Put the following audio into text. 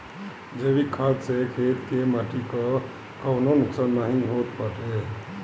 जैविक खाद से खेत के माटी कअ कवनो नुकसान नाइ होत बाटे